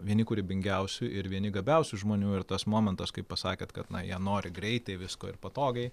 vieni kūrybingiausių ir vieni gabiausių žmonių ir tas momentas kai pasakėt kad na jie nori greitai visko ir patogiai